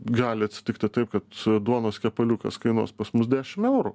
gali atsitikti taip kad duonos kepaliukas kainuos pas mus dešim eurų